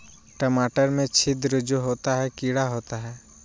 टमाटर में छिद्र जो होता है किडा होता है?